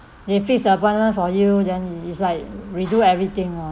they fix appointment for you then it it's like redo everything lor